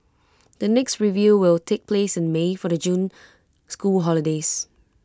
the next review will take place in may for the June school holidays